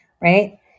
Right